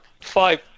five